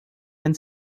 wenn